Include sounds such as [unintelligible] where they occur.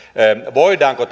voidaanko [unintelligible]